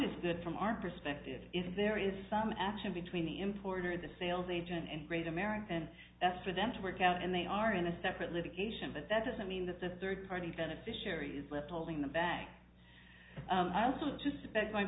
that from our perspective if there is some action between the importer the sales agent and great american that's for them to work out and they are in a separate litigation but that doesn't mean that the third party beneficiary is left holding the bag i also sus